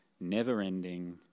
never-ending